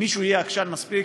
אם מישהו יהיה עקשן מספיק,